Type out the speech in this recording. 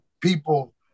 people